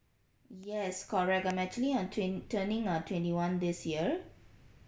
yes correct I'm actually uh twen~ turning uh twenty one this year